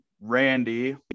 Randy